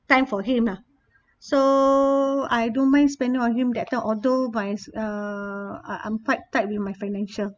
time for him lah so I don't mind spending on him that time although my uh I I'm quite tight my financial